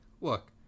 Look